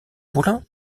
poulin